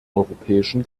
europäischen